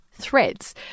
threads